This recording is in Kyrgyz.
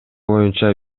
боюнча